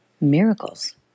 miracles